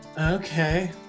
Okay